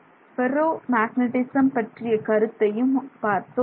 ferro magnetism பற்றிய கருத்தையும் பார்த்தோம்